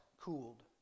cooled